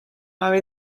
are